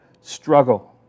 struggle